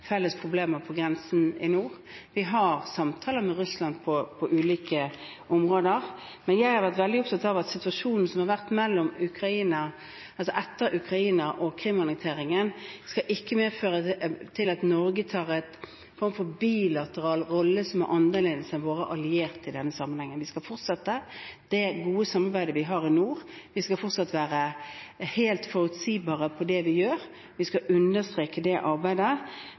felles problemer på grensen i nord. Vi har samtaler med Russland på ulike områder. Men jeg har vært veldig opptatt av at situasjonen som har vært etter Ukraina og Krim-annekteringen, ikke skal føre til at Norge tar en form for bilateral rolle som er annerledes enn våre alliertes i denne sammenhengen. Vi skal fortsette det gode samarbeidet vi har i nord, vi skal fortsatt være helt forutsigbare i det vi gjør, vi skal understreke det arbeidet.